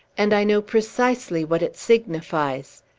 and i know precisely what it signifies.